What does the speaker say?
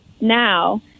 now